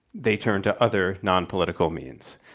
they turn to other nonpolitical means.